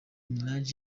minaj